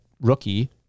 rookie